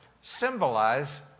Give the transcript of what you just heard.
symbolize